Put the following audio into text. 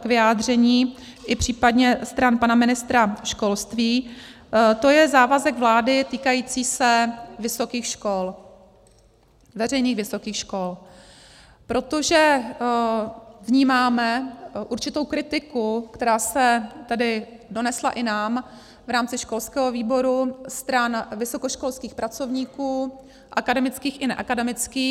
k vyjádření, i případně stran pana ministra školství, to je závazek vlády týkající se vysokých škol, veřejných vysokých škol, protože vnímáme určitou kritiku, která se tedy donesla i nám v rámci školského výboru stran vysokoškolských pracovníků, akademických i neakademických.